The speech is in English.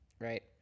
Right